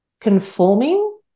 conforming